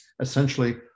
essentially